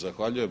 Zahvaljujem.